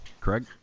Craig